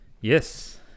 yes